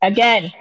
Again